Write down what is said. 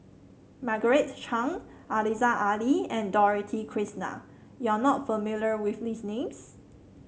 Margaret Chan Aziza Ali and Dorothy Krishnan you are not familiar with these names